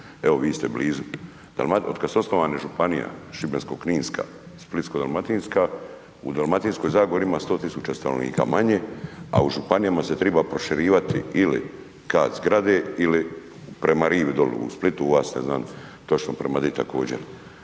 Evo vi ste blizu, od kada su osnovane županije Šibensko-kninska, Splitsko-dalmatinska u Dalmatinskoj zagori ima 100.000 stanovnika manje, a u županijama se triba proširivati ili kat zgrade ili prema rivi doli u Splitu … točno prema di također.